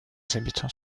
habitants